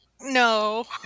No